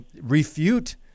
refute